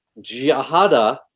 jihadah